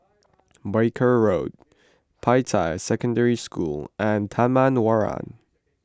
Barker Road Peicai Secondary School and Taman Warna